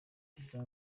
izo